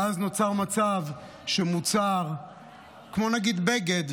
ונוצר מצב שמוצר כמו נגיד בגד,